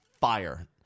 fire